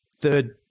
third